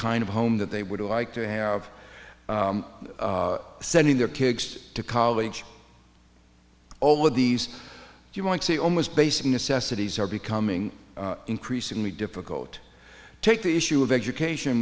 kind of home that they would like to have sending their kids to college all of these you might say almost basic necessities are becoming increasingly difficult to take the issue of education